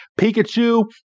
Pikachu